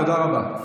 תודה רבה.